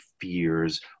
fears